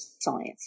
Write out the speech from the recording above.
science